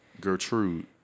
Gertrude